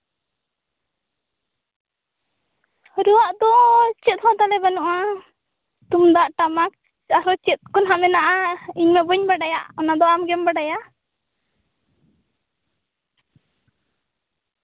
ᱨᱩᱣᱟᱜ ᱫᱚ ᱪᱮᱫ ᱦᱚᱸ ᱛᱟᱞᱮ ᱵᱟᱹᱱᱩᱜᱼᱟ ᱛᱩᱢᱫᱟᱜ ᱴᱟᱢᱟᱠ ᱟᱨᱚᱦᱚᱸ ᱪᱮᱫ ᱠᱚ ᱱᱟᱜ ᱢᱮᱱᱟᱜᱼᱟ ᱤᱧᱢᱟ ᱵᱟᱹᱧ ᱵᱟᱰᱟᱭᱟ ᱚᱱᱟᱫᱚ ᱟᱢᱜᱮᱢ ᱵᱟᱰᱟᱭᱟ